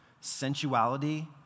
sensuality